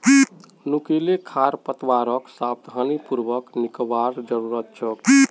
नुकीले खरपतवारक सावधानी पूर्वक निकलवार जरूरत छेक